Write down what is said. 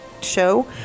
show